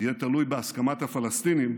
יהיה תלוי בהסכמת הפלסטינים,